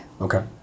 Okay